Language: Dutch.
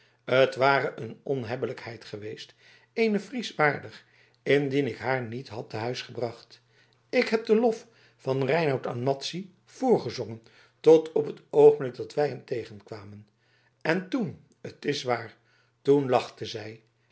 het ware een onhebbelijkheid geweest eenen fries waardig indien ik haar niet had te huis gebracht ik heb den lof van reinout aan madzy voorgezongen tot op het oogenblik dat wij hem tegenkwamen en toen t is waar toen lachte zij